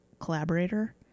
collaborator